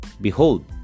Behold